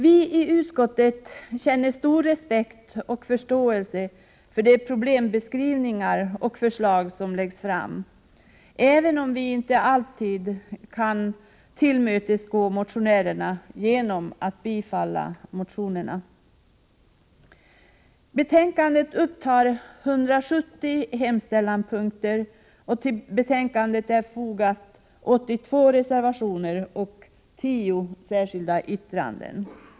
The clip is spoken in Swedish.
Vi i utskottet känner stor respekt och förståelse för de problembeskrivningar och förslag som lagts fram, även om vi inte alltid har kunnat tillmötesgå motionärerna genom att bifalla motionerna. Betänkandet upptar 170 hemställanpunkter, och till betänkandet har fogats 82 reservationer och 10 särskilda yttranden.